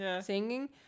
singing